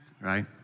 Right